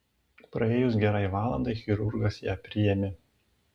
praėjus gerai valandai chirurgas ją priėmė